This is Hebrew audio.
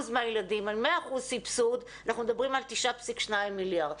מהילדים על 100% סבסוד אנחנו מדברים על 9.2 מיליארד.